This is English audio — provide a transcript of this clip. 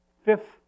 fifth